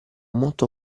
molto